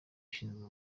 ushinzwe